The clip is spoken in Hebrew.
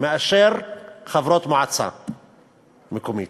מאשר חברות מועצה מקומית,